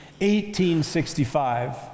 1865